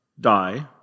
die